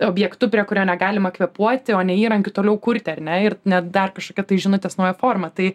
objektu prie kurio negalima kvėpuoti o ne įrankiu toliau kurti ar ne ir net dar kažkokia tai žinutės nauja forma tai